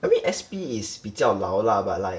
I mean S_P is 比较老 lah but like